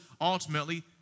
ultimately